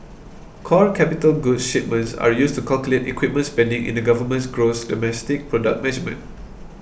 core capital goods shipments are used to calculate equipment spending in the government's gross domestic product measurement